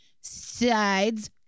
sides